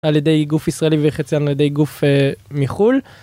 על ידי גוף ישראלי וחציין על ידי גוף מחו"ל.